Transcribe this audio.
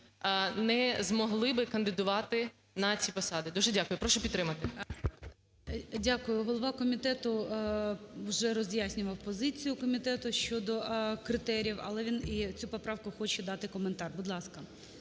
не змогли би кандидувати на ці посади. Дуже дякую. Прошу підтримати. ГОЛОВУЮЧИЙ. Дякую. Голова комітету вже роз'яснював позицію комітету щодо критеріїв, але він і на цю поправку хоче дати коментар. Будь ласка.